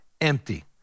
empty